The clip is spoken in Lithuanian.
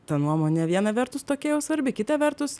ta nuomonė viena vertus tokia jau svarbi kita vertus